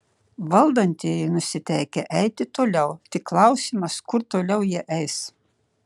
valdantieji nusiteikę eiti toliau tik klausimas kur toliau jie eis